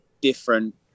different